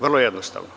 Vrlo jednostavno.